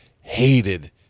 hated